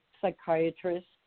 psychiatrists